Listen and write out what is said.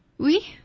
Oui